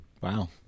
Wow